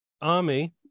army